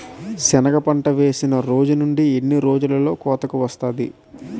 సెనగ పంట వేసిన రోజు నుండి ఎన్ని రోజుల్లో కోతకు వస్తాది?